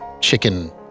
chicken